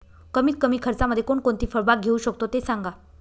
कमीत कमी खर्चामध्ये कोणकोणती फळबाग घेऊ शकतो ते सांगा